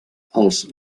els